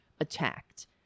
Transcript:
attacked